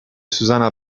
susanna